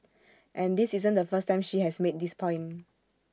and this isn't the first time she has made this point